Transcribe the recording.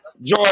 Joy